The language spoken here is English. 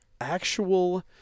actual